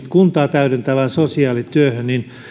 kuntaa täydentävään sosiaalityöhön